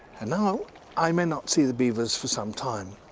and now i may not see the beavers for some time.